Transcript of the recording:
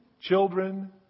Children